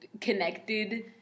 connected